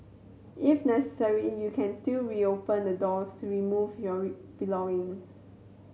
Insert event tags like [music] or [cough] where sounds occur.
if necessary you can still reopen the doors to remove your [unintelligible] belongings